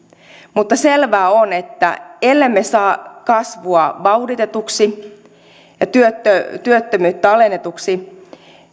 mutta selvää on että ellemme saa kasvua vauhditetuksi ja työttömyyttä työttömyyttä alennetuksi